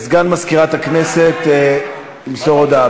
סגן מזכירת הכנסת ימסור הודעה.